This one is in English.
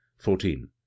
fourteen